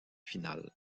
final